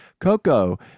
Coco